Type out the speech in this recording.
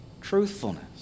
truthfulness